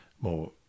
more